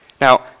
Now